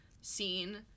scene